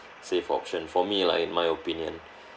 safe option for me lah in my opinion